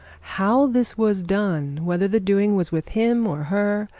how this was done, whether the doing was with him, or her,